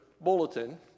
bulletin